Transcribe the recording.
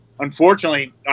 Unfortunately